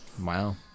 Wow